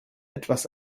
etwas